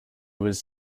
was